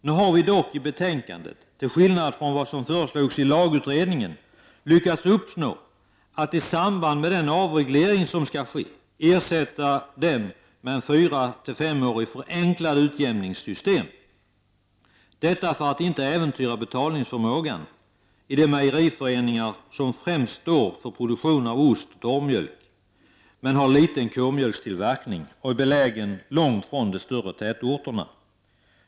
Nu har vi dock i betänkandet, till skillnad från vad som föreslogs i LAG-utredningen, i samband med den avreglering som nu skall ske lyckats uppnå ett förenklat system för utjämning under en period av fyra till fem år. Detta sker för att inte äventyra betalningsförmågan för de mejeriföreningar som främst står för produktion av ost, torrmjölk m.m., men som har liten k-mjölkstillverkning och är belägna långt från de större tätorterna.